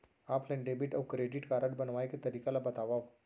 Offline debit अऊ credit card बनवाए के तरीका ल बतावव?